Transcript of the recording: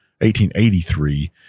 1883